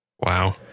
Wow